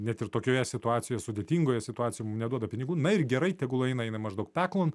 net ir tokioje situacijoje sudėtingoje situacijoje mum neduoda pinigų na ir gerai tegul eina jinai maždaug peklon